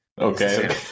Okay